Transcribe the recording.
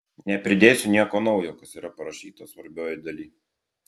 nepridėsiu nieko naujo kas yra parašyta svarbiojoj daly